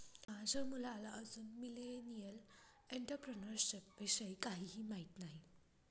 माझ्या मुलाला अजून मिलेनियल एंटरप्रेन्युअरशिप विषयी काहीही माहित नाही